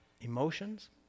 emotions